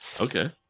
Okay